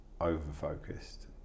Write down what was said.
over-focused